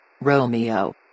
Romeo